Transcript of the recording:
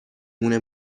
مونه